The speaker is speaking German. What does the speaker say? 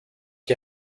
die